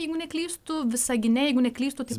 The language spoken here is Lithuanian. jeigu neklystu visagine jeigu neklystu tai